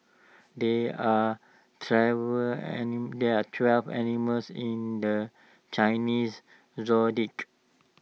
there are travel there are twelve animals in the Chinese Zodiac